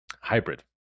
Hybrid